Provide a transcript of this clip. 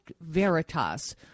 Veritas